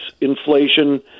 inflation